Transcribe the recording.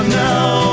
now